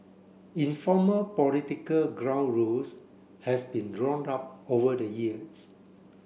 informal political ground rules has been drawn up over the years